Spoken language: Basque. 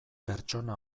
pertsona